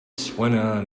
suena